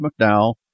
McDowell